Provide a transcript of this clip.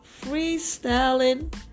freestyling